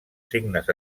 signes